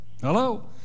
Hello